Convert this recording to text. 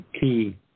key